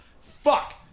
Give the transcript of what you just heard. fuck